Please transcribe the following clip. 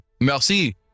Merci